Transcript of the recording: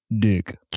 dick